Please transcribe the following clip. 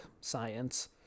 science